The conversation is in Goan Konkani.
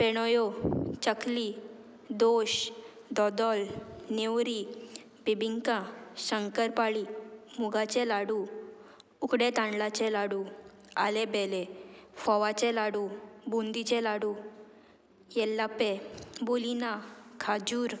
पेणोयो चकली दोश दोदोल नेवरी बिबिंका शंकर पाळी मुगाचे लाडू उकडे तांदलाचे लाडू आलेबेले फवाचे लाडू बुंदीचे लाडू येल्लापे बुलिना खाजूर